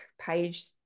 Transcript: page